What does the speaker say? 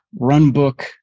runbook